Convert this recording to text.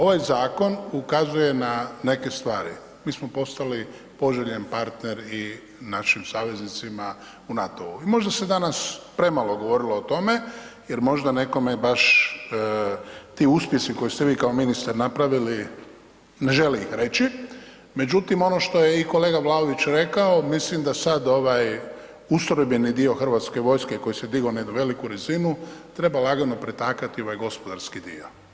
Ovaj zakon ukazuje na neke stvari, mi smo postali poželjan partner i našim saveznicima u NATO-u i možda se danas premalo govorilo o tome jer možda nekome baš ti uspjesi koje ste vi kao ministar napravili, ne želi ih reći međutim ono što je i kolega Vlaović rekao, mislim da sad ovaj ustrojbeni dio hrvatske vojske koji se digao na jednu veliki razinu, trebala lagano pretakati u ovaj gospodarski dio.